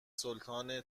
سلطان